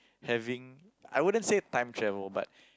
having I wouldn't say time travel but